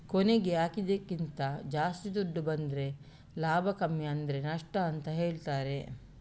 ಕೊನೆಗೆ ಹಾಕಿದ್ದಕ್ಕಿಂತ ಜಾಸ್ತಿ ದುಡ್ಡು ಬಂದ್ರೆ ಲಾಭ ಕಮ್ಮಿ ಆದ್ರೆ ನಷ್ಟ ಅಂತ ಹೇಳ್ತಾರೆ